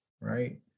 right